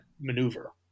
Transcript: maneuver